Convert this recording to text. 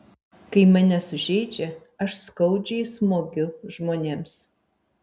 kai mane sužeidžia aš skaudžiai smogiu žmonėms